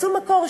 מצאו מקור,